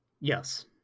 Yes